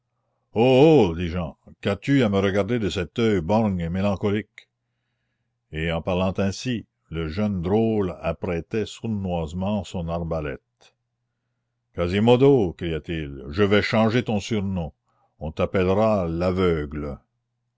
dit jehan qu'as-tu à me regarder de cet oeil borgne et mélancolique et en parlant ainsi le jeune drôle apprêtait sournoisement son arbalète quasimodo cria-t-il je vais changer ton surnom on t'appellera l'aveugle